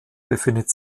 befindet